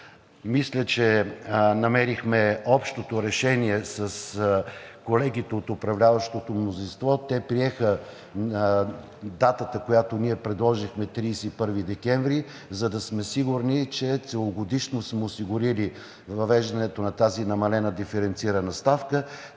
Мисля, че намерихме общото решение с колегите от управляващото мнозинство. Те приеха датата 31 декември, която ние предложихме, за да сме сигурни, че целогодишно сме осигурили въвеждането на тази намалена диференцирана ставка.